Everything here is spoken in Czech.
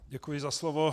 Děkuji za slovo.